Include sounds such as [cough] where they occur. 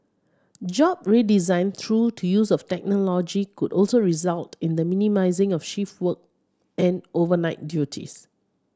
job redesign through the use of [unintelligible] could also result in the minimising of shift work and overnight duties